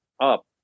up